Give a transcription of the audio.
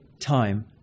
time